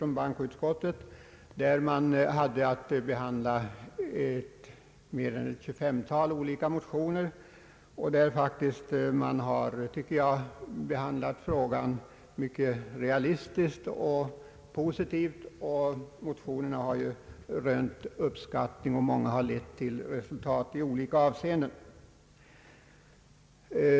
I utskottet har man haft över 25 motioner att ta ställning till och — tycker jag — behandlat frågorna mycket realistiskt och positivt. Motionerna har rönt uppskattning, och många har lett till resultat i olika avseenden.